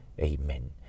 Amen